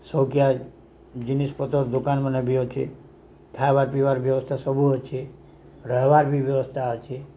ସବୁପ୍ରକାର ଜିନିଷପତ୍ର ଦୋକାନ ମାନେ ବି ଅଛେ ଖାଇବା ପିଇବାର ବ୍ୟବସ୍ଥା ସବୁ ଅଛି ରହିବାର ବି ବ୍ୟବସ୍ଥା ଅଛି